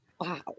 Wow